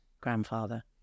grandfather